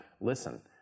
listen